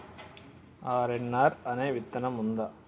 RNR అనే విత్తనం ఉందా?